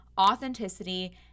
authenticity